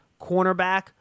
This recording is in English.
cornerback